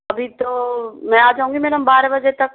अभी तो मैं आ जाऊंगी मैडम बारह बजे तक